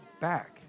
back